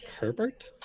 herbert